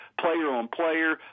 player-on-player